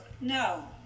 No